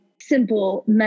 simple